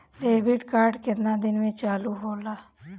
Debit card केतना दिन में चालु होला?